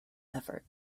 effort